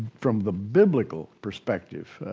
from the biblical perspective.